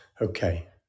Okay